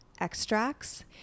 extracts